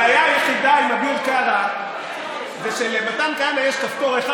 הבעיה היחידה עם אביר קארה זה שלמתן כהנא יש כפתור אחד,